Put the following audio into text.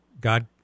God